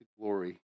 glory